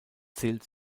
zählt